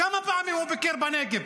כמה פעמים הוא ביקר בנגב?